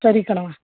ಸರಿ ಕಣವ್ವ